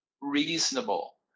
reasonable